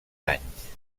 anys